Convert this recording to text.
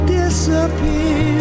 disappear